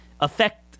affect